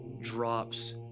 drops